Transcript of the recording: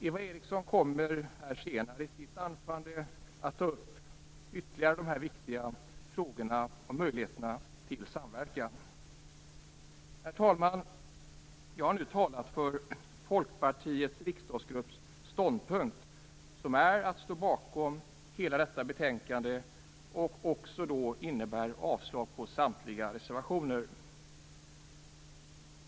Eva Eriksson kommer senare i sitt anförande att ytterligare ta upp dessa frågor och möjligheterna till samverkan. Herr talman! Jag har nu talat för Folkpartiets riksdagsgrupps ståndpunkt som är att stå bakom hela detta betänkande och som innebär avslag på samtliga reservationer.